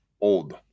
old